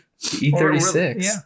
E36